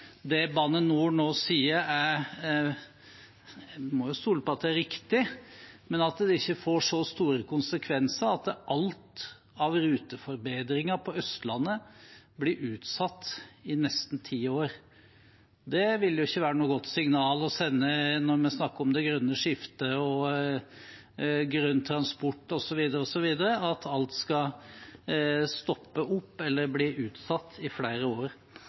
det Bane NOR nå sier, er riktig – det må man jo stole på – men at det ikke får så store konsekvenser at alt av ruteforbedringer på Østlandet blir utsatt i nesten ti år. Det ville ikke være noe godt signal å sende når vi snakker om det grønne skiftet, grønn transport osv.: at alt skal stoppe opp eller bli utsatt i flere år.